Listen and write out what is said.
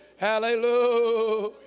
Hallelujah